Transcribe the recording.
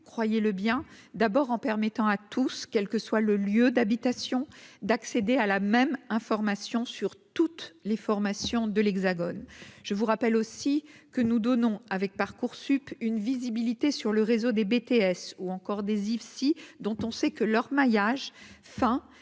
croyez-le bien, d'abord en permettant à tous, quel que soit le lieu d'habitation, d'accéder à la même information sur toutes les formations de l'Hexagone, je vous rappelle aussi que nous donnons avec Parcoursup une visibilité sur le réseau des BTS ou encore des IFSI dont on sait que leur maillage enfin